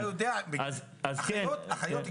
אחיות,